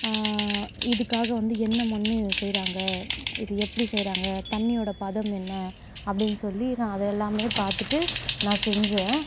இதுக்காக வந்து என்ன மண் செய்கிறாங்க இது எப்படி செய்கிறாங்க தண்ணியோடய பதம் என்ன அப்படீனு சொல்லி நான் அதெல்லாமே பார்த்துட்டு நான் செஞ்சேன்